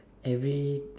every